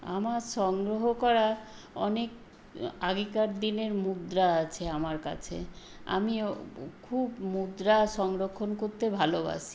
আমার সংগ্রহ করা অনেক আগেকার দিনের মুদ্রা আছে আমার কাছে আমিও খুব মুদ্রা সংরক্ষণ করতে ভালোবাসি